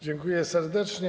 Dziękuję serdecznie.